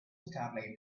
starlight